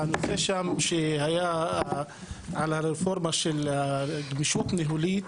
והנושא שהיה שם הוא על הרפורמה של גמישות ניהולית.